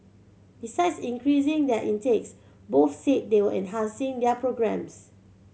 besides increasing their intakes both said they were enhancing their programmes